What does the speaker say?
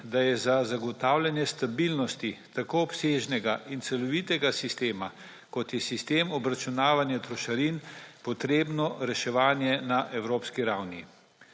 da je za zagotavljanje stabilnosti tako obsežnega in celovitega sistema, kot je sistem obračunavanja trošarin, potrebno reševanje na evropski ravni.